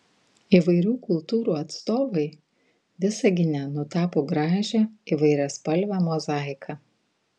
įvairių kultūrų atstovai visagine nutapo gražią įvairiaspalvę mozaiką